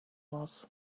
was